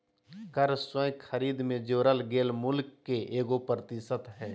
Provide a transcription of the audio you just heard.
कर स्वयं खरीद में जोड़ल गेल मूल्य के एगो प्रतिशत हइ